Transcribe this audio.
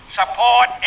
support